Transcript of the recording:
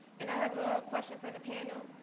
and i have a question for the panel.